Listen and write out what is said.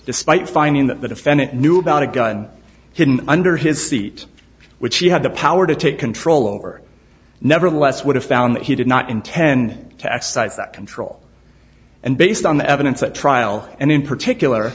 despite finding that the defendant knew about a gun hidden under his seat which he had the power to take control over nevertheless would have found that he did not intend to exercise that control and based on the evidence at trial and in